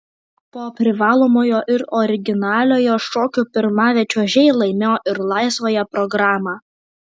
po privalomojo ir originaliojo šokių pirmavę čiuožėjai laimėjo ir laisvąją programą